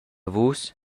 vus